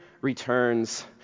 returns